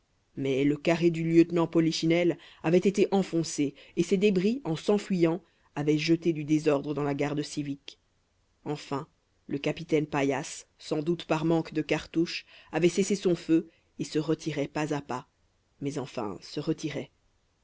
mais le carré du lieutenant polichinelle avait été enfoncé et ses débris en s'enfuyant avait jeté du désordre dans la garde civique enfin le capitaine paillasse sans doute par manque de cartouches avait cessé son feu et se retirait pas à pas mais enfin se retirait